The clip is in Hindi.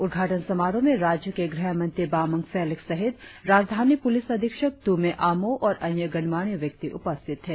उद्घाटन समारोह में राज्य के गृह मंत्री बामंग फेलिक्स सहित राजधानी पुलिस अधीक्षक तुमे आमो और अन्य गणमान्य व्यक्ति उपस्थित थे